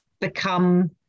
become